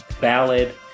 ballad